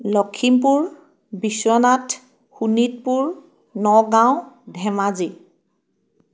Lakhimpur Biswanath Sonitpur Nagaon Dhemaji